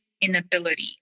inability